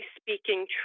speaking